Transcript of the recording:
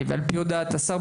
ועל פי הודעת השר,